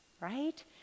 right